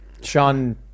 Sean